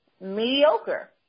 mediocre